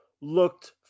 looked